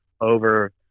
over